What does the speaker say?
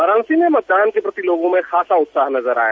वाराणसी में मतदान के प्रति लोगों में खास उत्साह नजर आया